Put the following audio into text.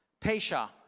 pesha